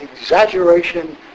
exaggeration